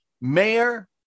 Mayor